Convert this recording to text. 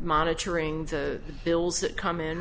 monitoring the bills that come in